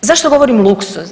Zašto govorim luksuz?